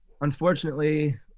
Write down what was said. Unfortunately